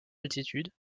altitude